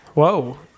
Whoa